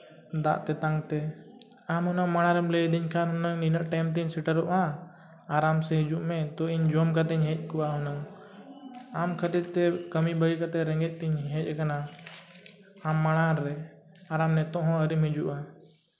ᱫᱟᱜ ᱛᱮᱛᱟᱝ ᱛᱮ ᱟᱢ ᱚᱱᱟ ᱢᱟᱲᱟᱝ ᱨᱮᱢ ᱞᱟᱹᱭ ᱟᱹᱞᱤᱧ ᱠᱷᱟᱱ ᱦᱩᱱᱟᱹᱝ ᱱᱤᱱᱟᱹᱜ ᱴᱟᱹᱭᱤᱢ ᱛᱤᱧ ᱥᱮᱴᱮᱨᱚᱜᱼᱟ ᱟᱨᱟᱢ ᱥᱮ ᱦᱤᱡᱩᱜ ᱢᱮ ᱛᱳ ᱤᱧ ᱡᱚᱢ ᱠᱟᱛᱮ ᱤᱧ ᱦᱮᱡ ᱠᱚᱜᱼᱟ ᱦᱩᱱᱟᱹᱝ ᱟᱢ ᱠᱷᱟᱹᱛᱤᱨ ᱛᱮ ᱠᱟᱹᱢᱤ ᱵᱟᱹᱜᱤ ᱠᱟᱛᱮ ᱨᱮᱸᱜᱮᱡ ᱛᱤᱧ ᱦᱮᱡ ᱠᱟᱱᱟ ᱟᱢ ᱢᱟᱲᱟᱝ ᱨᱮ ᱟᱨ ᱟᱢ ᱱᱤᱛᱚᱜ ᱦᱚᱸ ᱟᱹᱣᱨᱤᱢ ᱦᱤᱡᱩᱜᱼᱟ